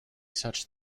such